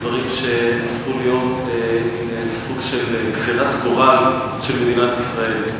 אלה דברים שהפכו להיות מין סוג של גזירת גורל של מדינת ישראל.